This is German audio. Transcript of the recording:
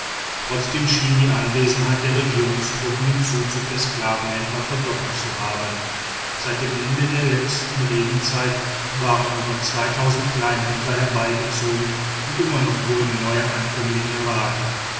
trotzdem schien die anwesenheit der regierungstruppen den zuzug der sklavenhändler verdoppelt zu haben seit dem ende der letzten regenzeit waren über kleinhändler herbeigezogen und immer noch wurden neue ankömmlinge erwartet